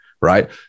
right